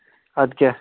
اَدٕ کیٛاہ